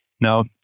Now